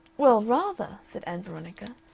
well, rather, said ann veronica.